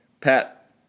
Pat